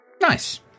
Nice